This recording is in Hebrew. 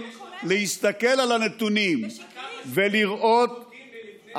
להסתכל על הנתונים ולראות,